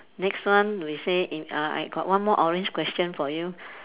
next one we say in uh I got one more orange question for you